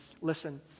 listen